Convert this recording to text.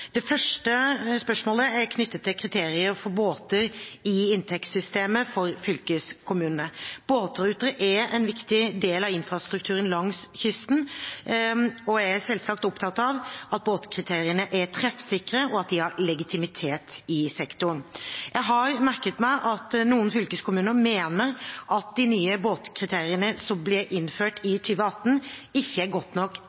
Det første spørsmålet er knyttet til kriteriene for båter i inntektssystemet for fylkeskommunene. Båtruter er en viktig del av infrastrukturen langs kysten, og jeg er selvsagt opptatt av at båtkriteriene skal være treffsikre og ha legitimitet i sektoren. Jeg har merket meg at noen fylkeskommuner mener at de nye båtkriteriene som ble innført i 2018, ikke er godt nok